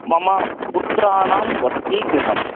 मम पुत्राणां वस्तिगृहम्